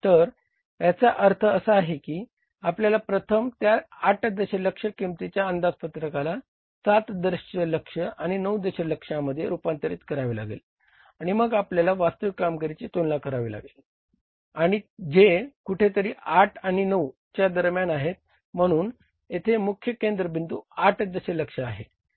तर याचा अर्थ असा की आपल्याला प्रथम त्या 8 दशलक्ष किमतीच्या अंदाजपत्रकाला 7 दशलक्ष आणि 9 दशलक्षामध्ये रुपांतरित करावे लागेल आणि मग आपल्याला वास्तविक कामगिरीची तुलना करावी लागेल आणि जे कुठेतरी 8 आणि 9 च्या दरम्यान आहे म्हणून येथे मुख्य केंद्रबिंदू 8 दशलक्ष आहे